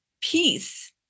peace